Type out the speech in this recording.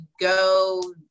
go